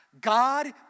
God